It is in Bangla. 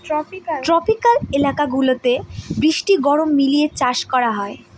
ট্রপিক্যাল এলাকা গুলাতে বৃষ্টি গরম মিলিয়ে চাষ করা হয়